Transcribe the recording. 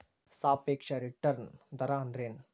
ಸಾಪೇಕ್ಷ ರಿಟರ್ನ್ ದರ ಅಂದ್ರೆನ್